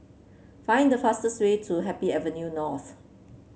find the fastest way to Happy Avenue North